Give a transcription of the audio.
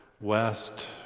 west